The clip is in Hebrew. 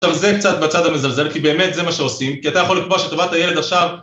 טוב, זה קצת בצד המזלזל, כי באמת זה מה שעושים. כי אתה יכול לקבוע שטובת הילד עכשיו